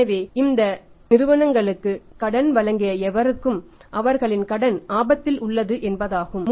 எனவே இந்த நிறுவனங்களுக்கு கடன் வழங்கிய எவருக்கும் அவர்களின் கடன் ஆபத்தில் உள்ளது என்பதாகும்